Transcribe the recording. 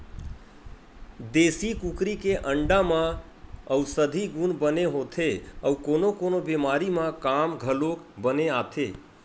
देसी कुकरी के अंडा म अउसधी गुन बने होथे अउ कोनो कोनो बेमारी म काम घलोक बने आथे